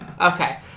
Okay